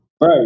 Right